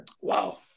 wow